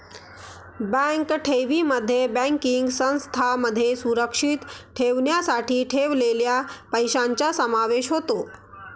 bank ठेवींमध्ये banking संस्थांमध्ये सुरक्षित ठेवण्यासाठी ठेवलेल्या पैशांचा समावेश होतो